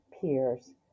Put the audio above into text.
peers